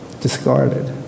discarded